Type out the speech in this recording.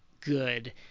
good